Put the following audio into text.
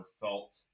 felt